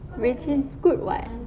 which is good [what]